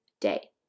day